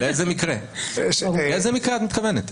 לאיזה מקרה את מתכוונת?